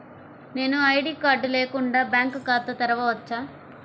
నేను ID card లేకుండా bank ఖాతా తెరవచ్చా?